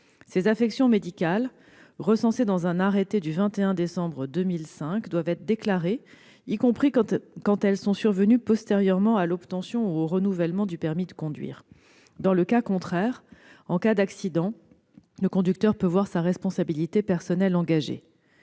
Ces affections médicales, recensées dans un arrêté du 21 décembre 2005, doivent être déclarées, y compris lorsqu'elles sont survenues postérieurement à l'obtention ou au renouvellement du permis de conduire. Dans le cas contraire, en cas d'accident, le conducteur peut voir sa responsabilité personnelle engagée.